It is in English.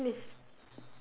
I was watching this